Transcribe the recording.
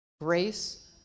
Grace